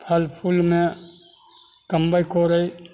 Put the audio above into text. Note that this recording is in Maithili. फल फूलमे कमबै कोड़ै